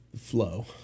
flow